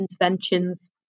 interventions